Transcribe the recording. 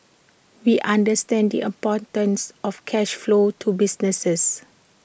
we understand the importance of cash flow to businesses